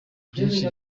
byinshi